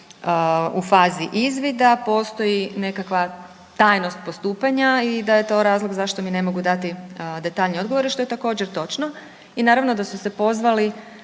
u fazi izvida postoji nekakva tajnost postupanja i da je to razlog zašto mi ne mogu dati detaljnije odgovore što je također točno. I naravno da su se pozvali